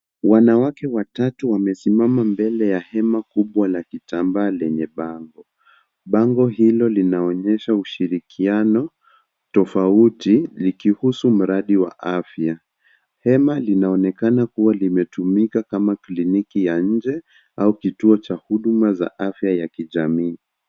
Wanawake watatu wamesimama mbele ya hema kubwa mbele ya kitambaa lenye bango, bango hilo linaonyesha ushirikiano tofauti likihusu mradi wa afya. Hema linaonekana kuwa limetumika kama kliniki ya nje au kituo za huduma za afya ya kijamii.